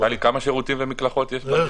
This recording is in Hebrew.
טלי, כמה שירותים ומקלחות יש בדירה?